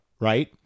right